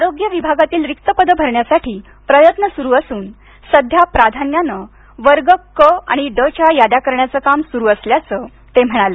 आरोग्य विभागातील रिक्त पदे भरण्यासाठी प्रयत्न सुरू असून सध्या प्राधान्याने वर्ग क आणि ड च्या याद्या करण्याचं काम सुरू असल्याचं ते म्हणाले